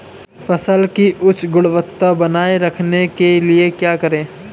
फसल की उच्च गुणवत्ता बनाए रखने के लिए क्या करें?